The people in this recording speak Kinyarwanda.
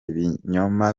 ibinyoma